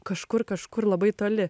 kažkur kažkur labai toli